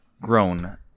grown